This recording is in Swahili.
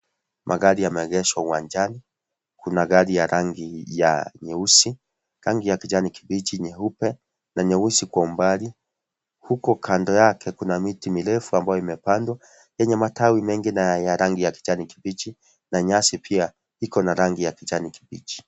Magari yameegeshwa uwanjani kuna gari ya rangi ya nyeusi, rangi ya kijani kibichi, nyeupe na nyeusi kwa umbali huko kando yake kuna miti mirefu ambayo imepandwa yenye matawi mengi na ya rangi ya kijani kibichi na nyasi pia ikona rangi ya kijani kibichi.